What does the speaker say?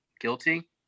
guilty